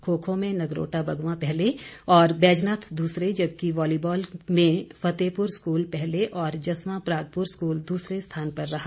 खो खो में नगरोटा बगवां पहले और बैजनाथ दूसरे जबकि वॉलीबॉल में फतेहपुर स्कूल पहले और जस्वां प्रागपुर स्कूल दूसरे स्थान पर रहा